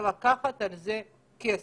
ולקחת על זה כסף,